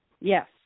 Yes